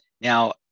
Now